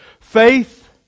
Faith